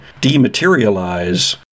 dematerialize